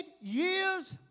years